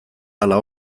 ala